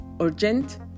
urgent